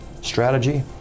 strategy